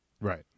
right